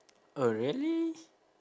oh really